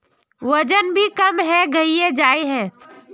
वजन भी कम है गहिये जाय है?